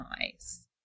nice